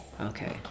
Okay